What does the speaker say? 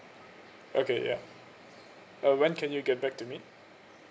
okay yeah uh when can you get back to me